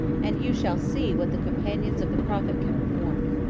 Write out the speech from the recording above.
and you shall see what the companions of the prophet can perform.